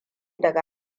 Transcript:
daga